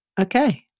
Okay